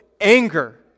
anger